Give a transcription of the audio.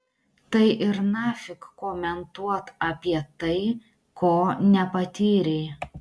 tai ir nafik komentuot apie tai ko nepatyrei